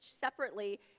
separately